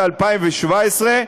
ב-2017,